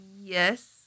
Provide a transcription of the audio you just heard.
Yes